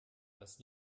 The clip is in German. dass